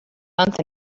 month